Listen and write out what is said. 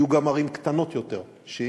יהיו גם ערים קטנות יותר שייהנו,